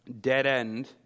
dead-end